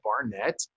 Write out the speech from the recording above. barnett